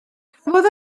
cafodd